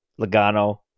Logano